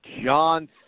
John